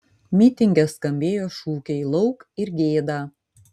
mitinge skambėjo šūkiai lauk ir gėda